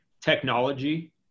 technology